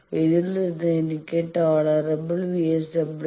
ഇതിൽ നിന്ന് എനിക്ക് ടോളറബിൾ VSWR 1